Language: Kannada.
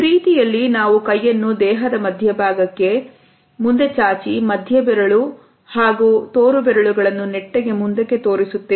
ಪ್ರೀತಿಯಲ್ಲಿ ನಾವು ಕೈಯನ್ನು ದೇಹದ ಮಧ್ಯಭಾಗಕ್ಕೆ ಮುಂದೆ ಚಾಚಿ ಮಧ್ಯೆ ಬೆರಳು ಹಾಗೂ ತೋರುಬೆರಳುಗಳನ್ನು ನೆಟ್ಟಗೆ ಮುಂದಕ್ಕೆ ತೋರಿಸುತ್ತೇವೆ